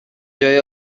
جای